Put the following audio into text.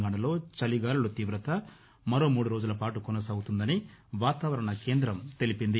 తెలంగాణలో చలిగాలుల తీవత మరో మూడు రోజులపాటు కొనసాగుతుందని వాతావరణ కేందం తెలిపింది